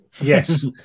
Yes